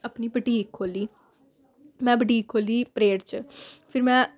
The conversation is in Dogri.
अपनी बुटीक खोह्ली में बुटीक खोह्ली परेड फिर में